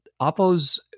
oppo's